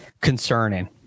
concerning